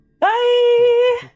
Bye